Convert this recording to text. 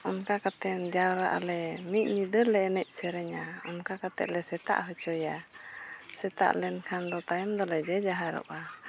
ᱚᱱᱠᱟ ᱠᱟᱛᱮ ᱡᱟᱣᱨᱟᱜ ᱟᱞᱮ ᱢᱤᱫ ᱧᱤᱫᱟᱹ ᱞᱮ ᱮᱱᱮᱡ ᱥᱮᱨᱮᱧᱟ ᱚᱱᱠᱟ ᱠᱟᱛᱮᱞᱮ ᱥᱮᱛᱟᱜ ᱦᱚᱪᱚᱭᱟ ᱥᱮᱛᱟᱜ ᱞᱮᱱᱠᱷᱟᱱ ᱫᱚ ᱛᱟᱭᱚᱢ ᱫᱚᱞᱮ ᱡᱮ ᱡᱟᱦᱟᱨᱚᱜᱼᱟ